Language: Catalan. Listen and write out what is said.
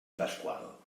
pasqual